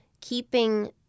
keeping